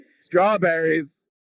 strawberries